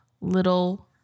little